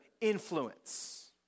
influence